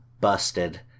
Busted